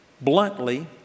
bluntly